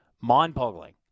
mind-boggling